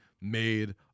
made